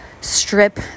strip